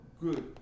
good